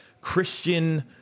Christian